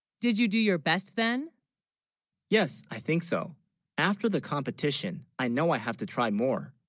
did you do your best then yes i think, so after the competition i know i have to try more